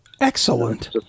Excellent